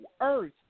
earth